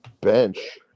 Bench